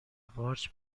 قارچ